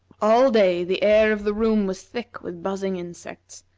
all day the air of the room was thick with buzzing insects,